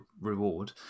reward